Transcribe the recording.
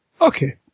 Okay